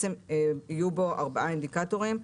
יהיו בו ארבעה אינדיקטורים: